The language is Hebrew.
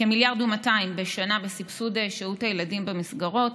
מיליארד בשנה בסבסוד שהות הילדים במסגרות.